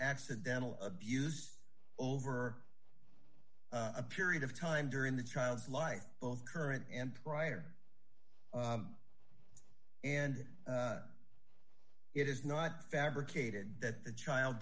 accidental abuse over a period of time during the child's life both current and prior and it is not fabricated that the child